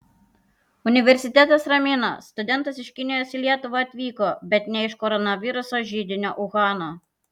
universitetas ramina studentas iš kinijos į lietuvą atvyko bet ne iš koronaviruso židinio uhano